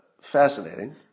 fascinating